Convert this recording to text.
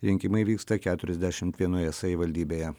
rinkimai vyksta keturiasdešimt vienoje savivaldybėje